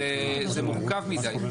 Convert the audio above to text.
זה מורכב מידי.